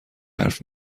حرف